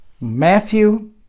Matthew